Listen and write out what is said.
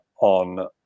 on